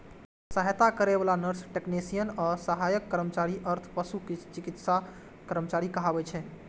सहायता करै बला नर्स, टेक्नेशियन आ सहायक कर्मचारी अर्ध पशु चिकित्सा कर्मचारी कहाबै छै